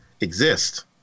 exist